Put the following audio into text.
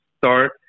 start